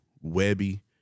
Webby